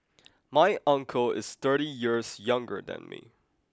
my uncle is thirty years younger than me